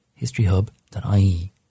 historyhub.ie